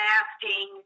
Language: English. asking